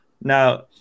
Now